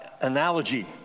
analogy